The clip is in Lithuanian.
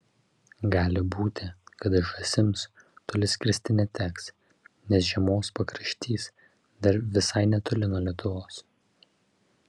gali būti kad žąsims toli skristi neteks nes žiemos pakraštys dar visai netoli nuo lietuvos